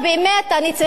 אני צריכה להודות,